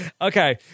Okay